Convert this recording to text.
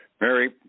Mary